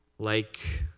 like,